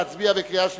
להצביע בקריאה שלישית,